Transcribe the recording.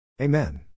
Amen